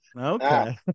okay